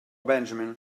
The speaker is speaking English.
benjamin